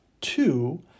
two